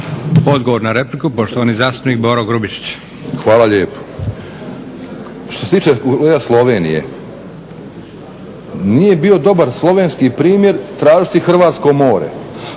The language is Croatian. Odgovor na repliku, poštovani zastupnik Boro Grubišić. **Grubišić, Boro (HDSSB)** Hvala lijepo. Što se tiče kolega Slovenije, nije bio dobar slovenski primjer tražiti hrvatsko more.